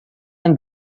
and